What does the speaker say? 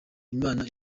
imana